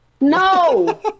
No